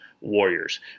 Warriors